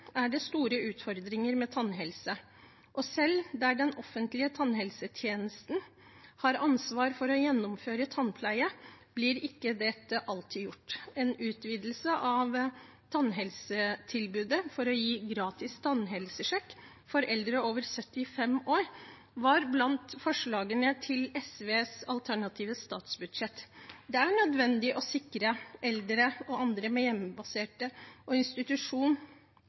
er det store utfordringer med tannhelse. Selv der den offentlige tannhelsetjenesten har ansvar for å gjennomføre tannpleie, blir ikke dette alltid gjort. En utvidelse av tannhelsetilbudet for å gi gratis tannhelsesjekk for eldre over 75 år var blant forslagene i SVs alternative statsbudsjett. Det er nødvendig å sikre at eldre og andre i hjemmebasert omsorg og på institusjon